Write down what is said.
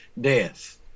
death